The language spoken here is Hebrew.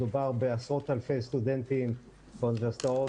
מדובר בעשרות אלפי סטודנטים באוניברסיטאות